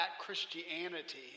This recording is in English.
Christianity